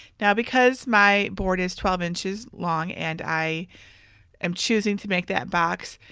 now, because my board is twelve inches long and i am choosing to make that box,